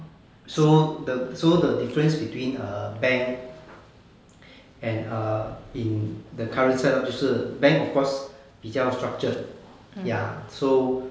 so the so the difference between a bank and err in the current setup 就是 bank of course 比较 structured ya so